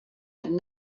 had